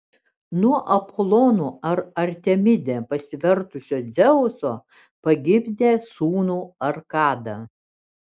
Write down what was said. nuo apolonu arba artemide pasivertusio dzeuso pagimdė sūnų arkadą